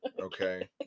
okay